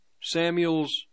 Samuel's